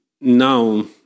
now